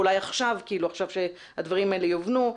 אולי עכשיו כשהדברים האלה יובנו.